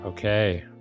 Okay